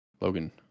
Logan